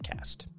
podcast